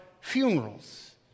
funerals